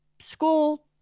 school